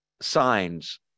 signs